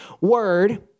word